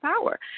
power